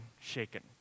shaken